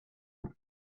that